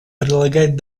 прилагать